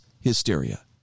hysteria